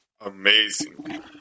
Amazing